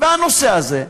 והנושא הזה,